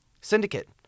Syndicate